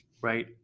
right